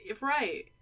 Right